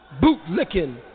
boot-licking